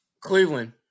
Cleveland